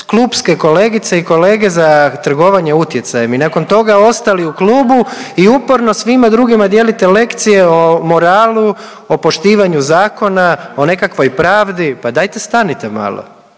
klupske kolegice i kolege za trgovanje utjecajem i nakon toga ostali u klubu i uporno svima drugima dijelite lekcije o moralu, o poštivanju zakona, o nekakvoj pravdi, pa dajte stanite malo.